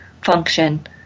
function